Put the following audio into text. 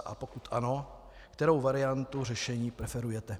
A pokud ano, kterou variantu řešení preferujete.